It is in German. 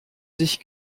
sich